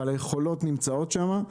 אבל היכולות נמצאות שם.